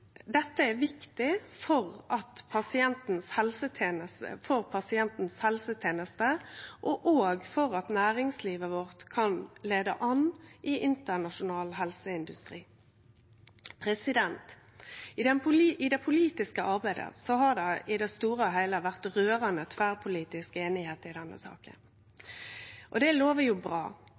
Dette er viktig for helsetenesta til pasienten og for at næringslivet vårt skal kunne leie an i internasjonal helseindustri. I det politiske arbeidet har det i det store og heile vore rørande tverrpolitisk einigheit i denne saka. Det lover jo bra,